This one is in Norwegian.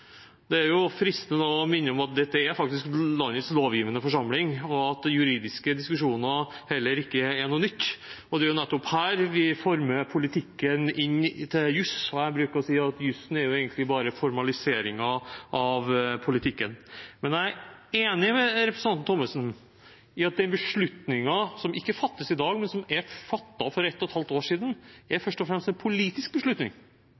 Det er jo nettopp her vi former politikken til jus, og jeg bruker å si at jusen egentlig bare er formaliseringen av politikken. Men jeg er enig med representanten Thommessen i at den beslutningen som ikke fattes i dag, men som ble fattet for ett og et halvt år siden, først og fremst er en politisk beslutning.